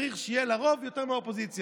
צריך שיהיה לה רוב יותר מהאופוזיציה.